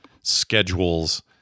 schedules